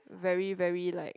very very like